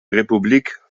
republik